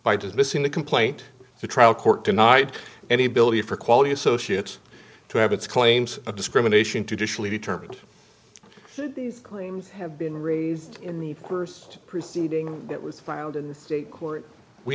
by dismissing the complaint the trial court denied any ability for quality associates to have its claims of discrimination traditionally determined these claims have been raised in the st proceeding that was filed in the state court we